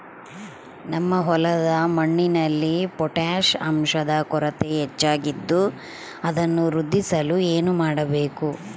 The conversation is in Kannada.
ನಮ್ಮ ಹೊಲದ ಮಣ್ಣಿನಲ್ಲಿ ಪೊಟ್ಯಾಷ್ ಅಂಶದ ಕೊರತೆ ಹೆಚ್ಚಾಗಿದ್ದು ಅದನ್ನು ವೃದ್ಧಿಸಲು ಏನು ಮಾಡಬೇಕು?